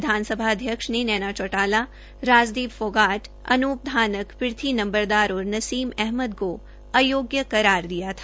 विधानसभा अध्यक्ष ने नैना चौटाला राजदीप फौगाट अनूप धानक पिरथी नंबरदार और नसीम अहमद को आयोग्य करार दिया था